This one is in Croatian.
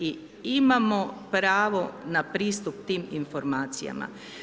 I imamo pravo na pristup tim informacijama.